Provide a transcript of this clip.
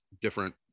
different